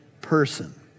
person